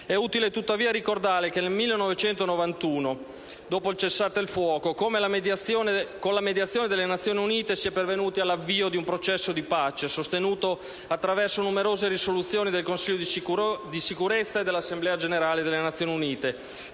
È utile tuttavia ricordare che nel 1991, dopo il cessate il fuoco, con la mediazione delle Nazioni Unite, si è pervenuti all'avvio di un processo di pace sostenuto attraverso numerose risoluzioni del Consiglio di sicurezza e dell'Assemblea generale delle Nazioni Unite,